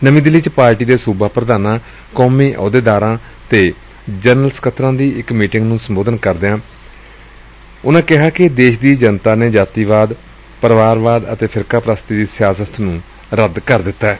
ਨਵੀਂ ਦਿੱਲੀ ਚ ਪਾਰਟੀ ਦੇ ਸੁਬਾ ਪ੍ਰਧਾਨਾਂ ਕੌਮੀ ਆਹੁਦੇਦਾਰਾਂ ਅੱਜ ਜਨਰਲ ਸਕੱਤਰਾਂ ਦੀ ਮੀਟਿੰਗ ਨੁੰ ਸੰਬੋਧਨ ਕਰਦਿਆਂ ਕਿਹਾ ਕਿ ਦੇਸ਼ ਦੀ ਜਨਤਾ ਨੇ ਜਾਤੀਵਾਦ ਪਰਿਵਾਰਵਾਦ ਅਤੇ ਫਿਰਕਾਪ੍ਸਤੀ ਦੀ ਸਿਆਸਤ ਨੂੰ ਰੱਦ ਕਰ ਦਿੱਤੈ